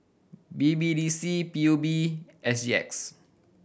B B D C P U B S G X